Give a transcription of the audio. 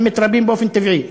הם מתרבים באופן טבעי?